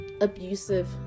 abusive